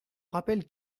rappelle